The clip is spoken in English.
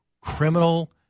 criminal